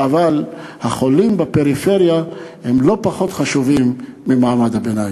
אבל החולים בפריפריה לא פחות חשובים ממעמד הביניים.